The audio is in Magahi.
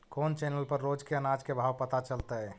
कोन चैनल पर रोज के अनाज के भाव पता चलतै?